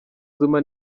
zuma